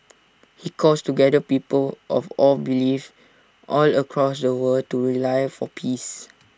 he calls together people of all beliefs all across the world to rely for peace